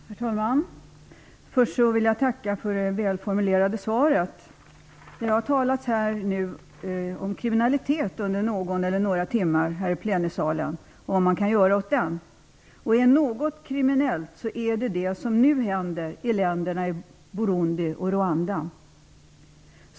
Herr talman! Först vill jag tacka för det välformulerade svaret. Det har talats om kriminalitet och om vad man kan göra åt den under någon eller några timmar här i plenisalen. Om något är kriminellt så är det det som nu händer i länderna Burundi och Rwanda.